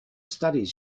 studies